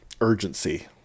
urgency